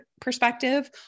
perspective